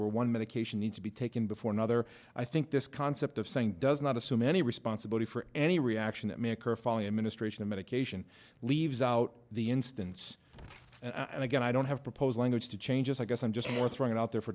had one medication needs to be taken before another i think this concept of saying does not assume any responsibility for any reaction that may occur following administration of medication leaves out the instance and again i don't have proposed language to change it i guess i'm just more throwing it out there for